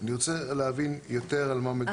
אני רוצה להבין יותר על מה מדובר.